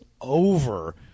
over